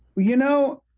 you know,